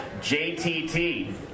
JTT